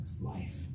life